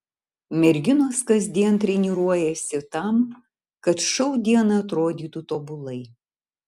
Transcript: merginos kasdien treniruojasi tam kad šou dieną atrodytų tobulai